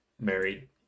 Married